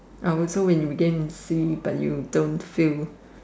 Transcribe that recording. uh so when you get in sea but you don't sail